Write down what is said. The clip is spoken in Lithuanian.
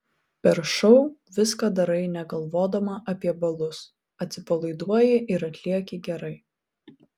per šou viską darai negalvodama apie balus atsipalaiduoji ir atlieki gerai